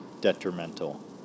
detrimental